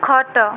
ଖଟ